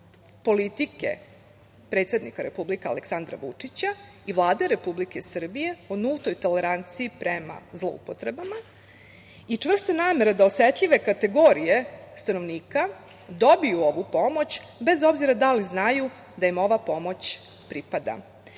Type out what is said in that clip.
politike predsednika Republike Aleksandra Vučića i Vlade Republike Srbije o nultoj toleranciji prema zloupotrebama i čvrste namere da osetljive kategorije stanovnika dobiju ovu pomoć, bez obzira da li znaju da im ova pomoć pripada. Uvažena